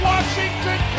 Washington